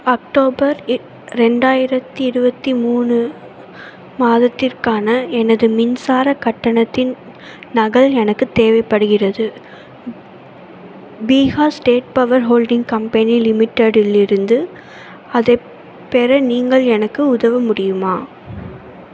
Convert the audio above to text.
October இ ரெண்டாயிரத்தி இருபத்தி மூணு மாதத்திற்கான எனது மின்சார கட்டணத்தின் நகல் எனக்கு தேவைப்படுகிறது Bihar state power holding company லிமிடெட்டிலிருந்து அதைப் பெற நீங்கள் எனக்கு உதவ முடியுமா